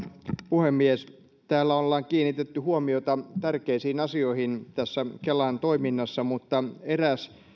puhemies täällä ollaan kiinnitetty huomiota tärkeisiin asioihin kelan toiminnassa mutta eräs